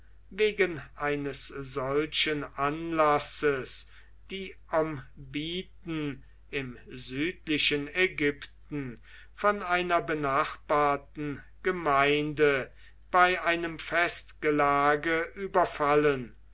wegen eines solchen anlasses die ombiten im südlichen ägypten von einer benachbarten gemeinde bei einem festgelage überfallen